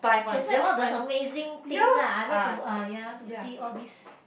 that's why all the amazing things lah I like to uh ya to see all these